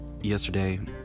yesterday